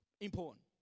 important